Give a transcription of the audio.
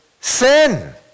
sin